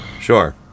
Sure